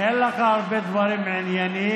אין לך הרבה דברים ענייניים,